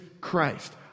Christ